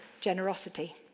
generosity